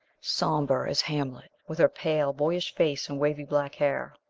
somber as hamlet, with her pale boyish face and wavy black hair.